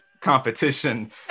competition